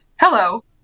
Hello